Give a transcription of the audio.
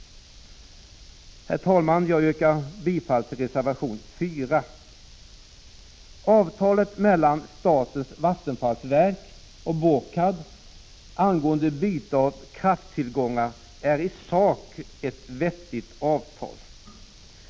Herr talman! Jag yrkar bifall till reservation 4. Avtalet mellan statens vattenfallsverk och BÅKAB angående byte av krafttillgångar är i sak vettigt.